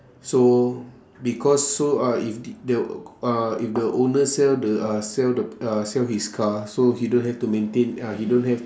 so because so uh if th~ uh if the owner sell the uh sell the uh sell his car so he don't have to maintain ah he don't have